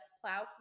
plow